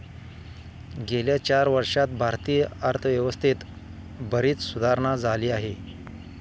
गेल्या चार वर्षांत भारतीय अर्थव्यवस्थेत बरीच सुधारणा झाली आहे